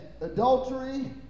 adultery